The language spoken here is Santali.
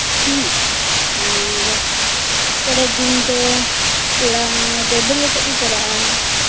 ᱦᱮᱸ ᱟᱨ ᱯᱚᱨᱮᱨ ᱫᱤᱱ ᱫᱚ ᱠᱚᱲᱟ ᱫᱚ ᱵᱟᱹᱨᱭᱟᱹᱛᱚᱜ ᱠᱚ ᱪᱟᱞᱟᱜᱼᱟ